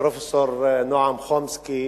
פרופסור נועם חומסקי